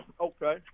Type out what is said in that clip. okay